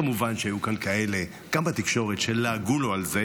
כמובן שהיו כאן כאלה גם בתקשורת שלעגו לו על זה.